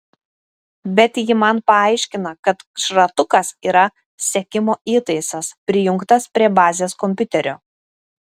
bet ji man paaiškina kad šratukas yra sekimo įtaisas prijungtas prie bazės kompiuterio